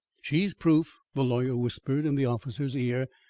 she's proof, the lawyer whispered in the officer's ear.